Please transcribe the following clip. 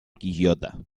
quillota